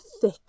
thick